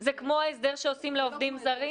זה כמו ההסדר שעושים לעובדים זרים?